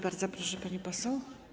Bardzo proszę, pani poseł.